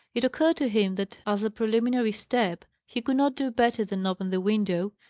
it occurred to him that, as a preliminary step, he could not do better than open the window,